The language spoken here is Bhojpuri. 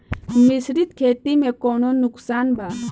मिश्रित खेती से कौनो नुकसान बा?